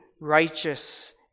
righteous